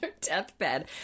Deathbed